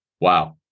Wow